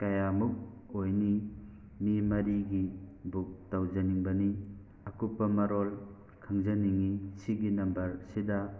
ꯀꯌꯥꯃꯨꯛ ꯑꯣꯏꯅꯤ ꯃꯤ ꯃꯔꯤꯒꯤ ꯕꯨꯛ ꯇꯧꯖꯅꯤꯡꯕꯅꯤ ꯑꯀꯨꯞꯄ ꯃꯔꯣꯜ ꯈꯪꯖꯅꯤꯡꯉꯤ ꯁꯤꯒꯤ ꯅꯝꯕꯔꯁꯤꯗ